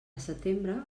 setembre